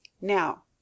Now